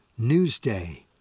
Newsday